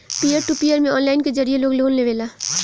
पियर to peer में online के जरिए लोग लोन लेवेला